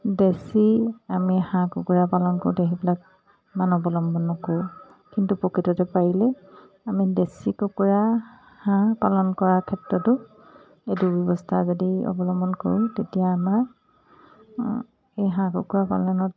দেচী আমি হাঁহ কুকুৰা পালন কৰোঁতে সেইবিলাক ইমান অৱলম্বন নকৰোঁ কিন্তু প্ৰকৃততে পাৰিলে আমি দেচী কুকুৰা হাঁহ পালন কৰাৰ ক্ষেত্ৰতো এইটো ব্যৱস্থা যদি অৱলম্বন কৰোঁ তেতিয়া আমাৰ এই হাঁহ কুকুৰা পালনত